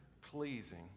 pleasing